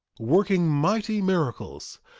working mighty miracles,